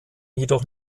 jedoch